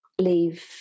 leave